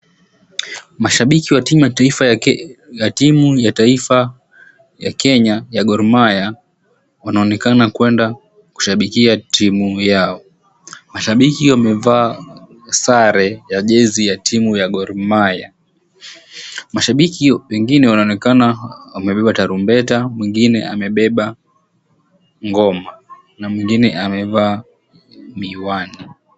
Mashabiki wa Ya timu ya taifa ya Kenya ya Gor Mahia wanaonekana kwenda kushabikia timu yao. Mashabiki wamevaa sare ya jezi ya timu ya gor mahia mashabiki wengine wanaonekana wamebeba tarumbeta mwingine amebeba ngoma na mwingine amevaa miwani.